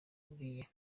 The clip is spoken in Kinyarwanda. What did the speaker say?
buriya